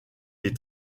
les